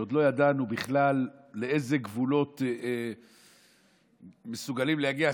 כשעוד לא ידענו בכלל לאיזה גבולות מסוגלים להגיע,